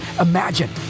Imagine